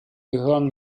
gehören